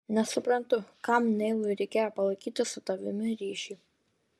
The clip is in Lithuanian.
nesuprantu kam neilui reikėjo palaikyti su tavimi ryšį